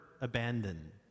abandoned